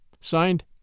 Signed